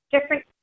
different